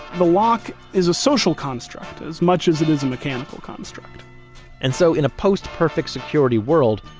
the lock is a social construct as much as it is a mechanical construct and so in a post-perfect security world,